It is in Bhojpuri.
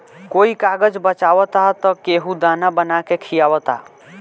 कोई कागज बचावता त केहू दाना बना के खिआवता